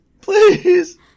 Please